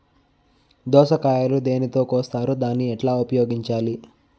దోస కాయలు దేనితో కోస్తారు దాన్ని ఎట్లా ఉపయోగించాలి?